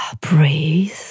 Breathe